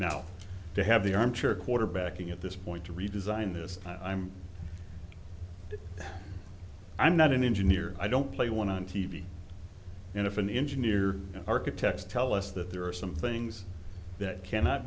now to have the armchair quarterbacking at this point to redesign this i'm i'm not an engineer i don't play one on t v and if an engineer architects tell us that there are some things that can not